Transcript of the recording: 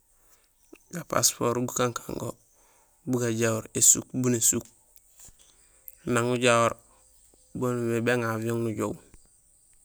Ga passeport gukankaan go gajahoor ésu bu nésuk; nag ujahoor baan imimé béŋa avion nujoow.